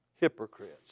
Hypocrites